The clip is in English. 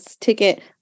ticket